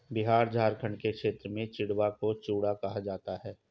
बिहार झारखंड के क्षेत्र में चिड़वा को चूड़ा कहा जाता है